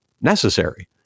necessary